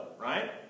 right